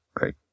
right